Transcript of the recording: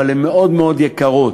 אבל הן מאוד מאוד יקרות,